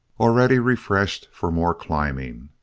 already refreshed for more climbing.